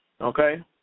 Okay